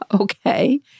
Okay